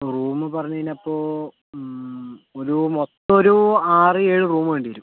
room പറഞ്ഞു കഴിഞ്ഞപ്പോൾ ഒരു മൊത്തമൊരു ആറ് ഏഴു റൂമ് വേണ്ടി വരും